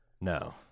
No